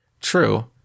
True